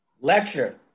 Lecture